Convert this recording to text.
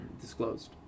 Disclosed